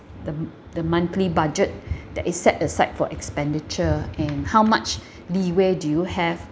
the m~ the monthly budget that is set aside for expenditure and how much leeway do you have